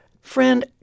friend